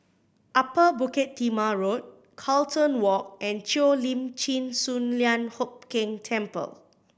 Upper Bukit Timah Road Carlton Walk and Cheo Lim Chin Sun Lian Hup Keng Temple